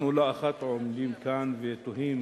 אנחנו לא אחת עומדים כאן ותוהים